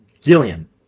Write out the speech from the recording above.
Gillian